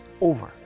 over